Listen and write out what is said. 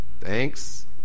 Thanks